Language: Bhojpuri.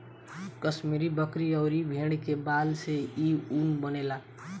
कश्मीरी बकरी अउरी भेड़ के बाल से इ ऊन बनेला